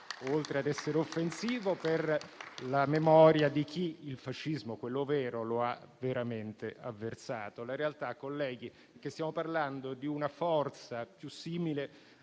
oltre a essere offensivo per la memoria di chi il fascismo, quello vero, lo ha veramente avversato. La realtà, colleghi, è che stiamo parlando di una forza più simile